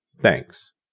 Thanks